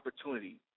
opportunity